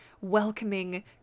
welcoming